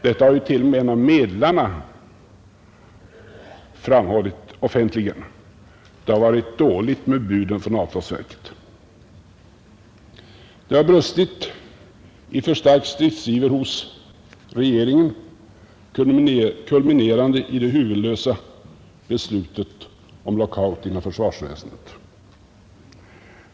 Detta har t.o.m. en av medlarna offentligt framhållit: ”Det har varit dåligt med buden från avtalsverket.” Det har brustit i för stark stridsiver hos regeringen kulminerande i det huvudlösa beslutet om lockout inom försvaret.